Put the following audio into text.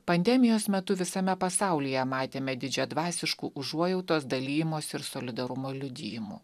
pandemijos metu visame pasaulyje matėme didžiadvasiškų užuojautos dalijimosi ir solidarumo liudijimų